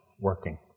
working